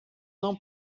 não